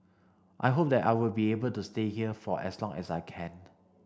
I hope that I will be able to stay here for as long as I can